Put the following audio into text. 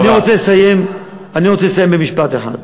אני רוצה לסיים במשפט אחד.